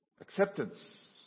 Acceptance